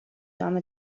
جام